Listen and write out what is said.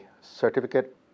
Certificate